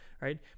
right